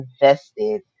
invested